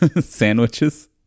Sandwiches